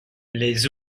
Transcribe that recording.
les